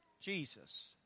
Jesus